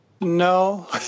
No